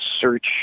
search